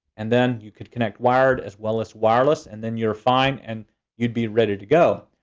and then you could connect wired as well as wireless. and then you're fine and you'd be ready to go.